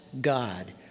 God